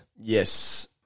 Yes